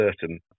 certain